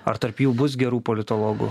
ar tarp jų bus gerų politologų